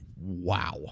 Wow